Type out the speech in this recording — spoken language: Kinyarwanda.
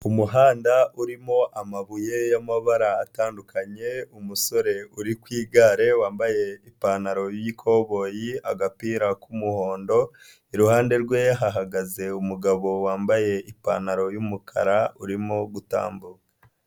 Umuhanda urimo amabuye y'amabara atandukanye, umusore uri ku igare wambaye ipantaro y'ikoboyi, agapira k'umuhondo, iruhande rwe hahagaze umugabo wambaye ipantaro y'umukara urimo gutambuka.